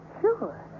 Sure